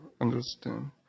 understand